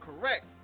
correct